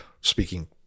speaking